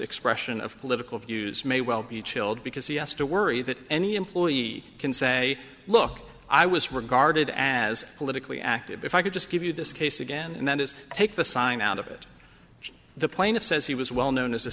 expression of political views may well be chilled because he has to worry that any employee can say look i was regarded as politically active if i could just give you this case again and that is take the sign out of it the plaintiff says he was well known as